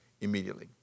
immediately